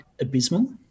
abysmal